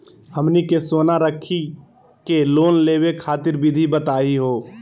हमनी के सोना रखी के लोन लेवे खातीर विधि बताही हो?